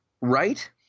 Right